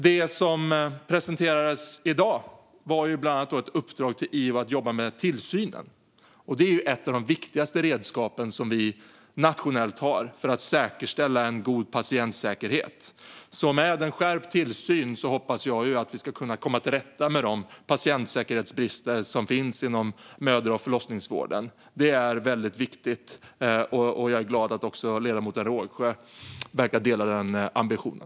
Det som presenterades i dag var bland annat ett uppdrag till Ivo att jobba med tillsynen. Detta är ett av de viktigaste redskap som vi har nationellt för att säkerställa en god patientsäkerhet. Med en skärpt tillsyn hoppas jag att vi ska kunna komma till rätta med de patientsäkerhetsbrister som finns inom mödra och förlossningsvården. Detta är väldigt viktigt, och jag är glad att ledamoten Rågsjö verkar dela den ambitionen.